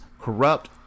corrupt